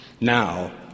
Now